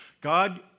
God